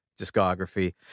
discography